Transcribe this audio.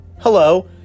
Hello